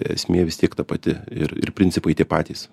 esmė vis tiek ta pati ir ir principai tie patys